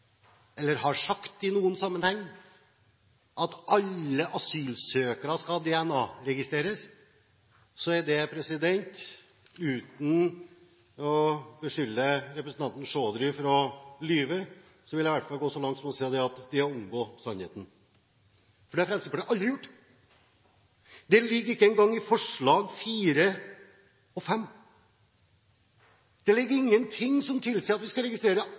eller har sagt i noen sammenheng at alle asylsøkere skal DNA-registreres, vil jeg, uten å beskylde representanten Chaudhry for å lyve, i hvert fall gå så langt som til å si at det er å omgå sannheten. For det har Fremskrittspartiet aldri gjort. Det ligger ikke engang i forslag 4 og 5. Det ligger ingenting i forslagene våre som tilsier at man skal registrere